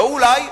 לא אולי.